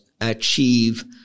achieve